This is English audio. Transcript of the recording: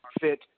fit